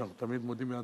שאנחנו תמיד מודים לה,